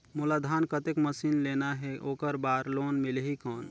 मोला धान कतेक मशीन लेना हे ओकर बार लोन मिलही कौन?